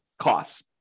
costs